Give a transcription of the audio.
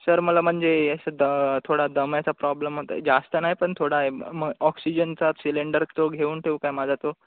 sir मला म्हणजे असं द थोडा दम्याचा प्रॉब्लेम होता जास्त नाही पण थोडा होता मग ऑक्सिजनचा सिलेंडर तो घेऊन ठेवू काय माझा तो